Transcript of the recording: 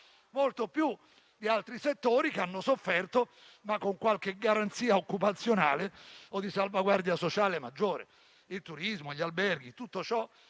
molto più di altri settori, ma con qualche garanzia occupazionale o di salvaguardia sociale maggiore (il turismo, gli alberghi, tutte le